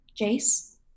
Jace